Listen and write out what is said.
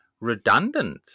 redundant